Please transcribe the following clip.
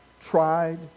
tried